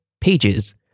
pages